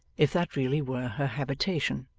if that really were her habitation.